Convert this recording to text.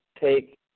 take